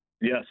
Yes